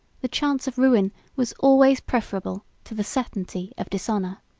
the chance of ruin was always preferable to the certainty of dishonor.